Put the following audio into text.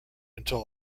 until